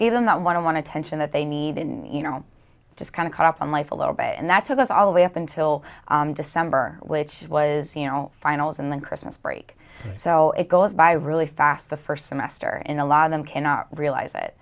them that one on one attention that they needed and you know just kind of caught up on life a little bit and that's with us all the way up until december which was you know finals and then christmas break so it goes by really fast the first semester in a lot of them cannot realize it